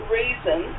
reason